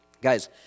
guys